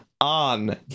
on